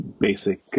basic